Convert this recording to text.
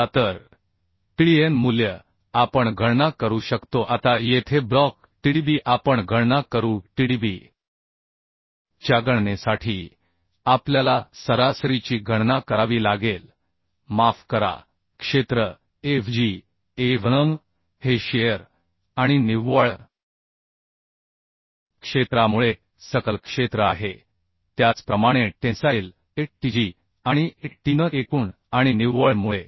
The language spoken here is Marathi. आता तर tdn मूल्य आपण गणना करू शकतो आता येथे ब्लॉक tdb आपण गणना करू tdb च्या गणनेसाठी आपल्याला सरासरीची गणना करावी लागेल माफ करा क्षेत्र a v g a v n हे शिअर आणि निव्वळ क्षेत्रामुळे सकल क्षेत्र आहे त्याचप्रमाणे टेन्साइल a t g आणि a t n एकूण आणि निव्वळ मुळे